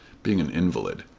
being an invalid.